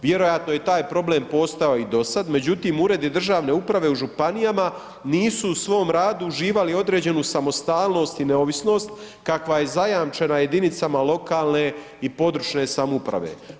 Vjerojatno je i taj problem prostojao i do sada, međutim uredi državne uprave u županijama nisu u svom radu uživali određenu samostalnost i neovisnost kakva je zajamčena jedinicama lokalne i područne samouprave.